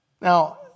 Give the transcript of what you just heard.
Now